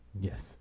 Yes